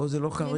פה זה לא חריגים.